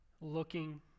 looking